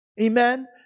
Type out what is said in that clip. Amen